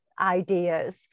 ideas